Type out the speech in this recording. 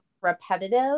repetitive